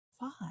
five